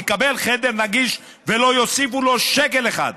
יקבל חדר נגיש ולא יוסיפו לו שקל אחד.